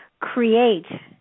create